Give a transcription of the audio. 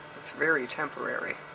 it's very temporary.